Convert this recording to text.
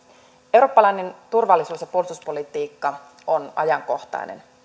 eurooppalainen turvallisuus ja puolustuspolitiikka on ajankohtainen